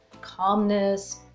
calmness